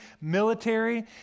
military